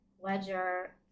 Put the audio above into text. Ledger